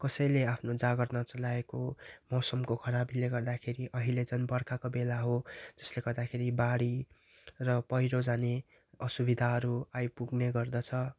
कसैले आफ्नो जाँगर नचलाएको मौसमको खराबले गर्दाखेरि अहिले झन् बर्खाको बेला हो यसले गर्दाखेरि बाढी र पहिरो जाने असुविधाहरू आइपुग्ने गर्दछ